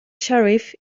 sharif